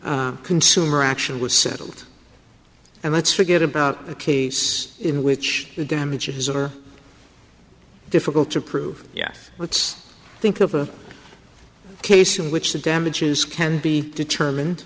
the consumer action was settled and let's forget about a case in which the damages are difficult to prove yes let's think of a case in which the damages can be determined